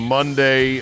Monday